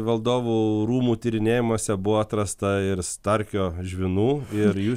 valdovų rūmų tyrinėjimuose buvo atrasta ir starkio žvynų ir jų